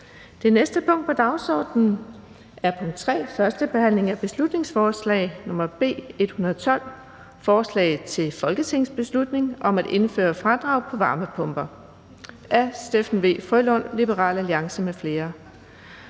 Det næste punkt på dagsordenen er: 3) 1. behandling af beslutningsforslag nr. B 112: Forslag til folketingsbeslutning om at indføre fradrag på varmepumper. Af Steffen W. Frølund (LA) m.fl.